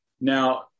now